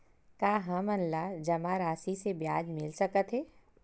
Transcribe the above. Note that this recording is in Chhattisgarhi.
का हमन ला जमा राशि से ब्याज मिल सकथे?